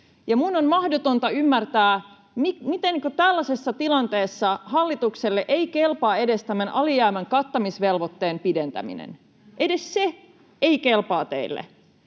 Minun on mahdotonta ymmärtää, miten tällaisessa tilanteessa hallitukselle ei kelpaa edes tämän alijäämän kattamisvelvoitteen pidentäminen — edes se ei kelpaa teille.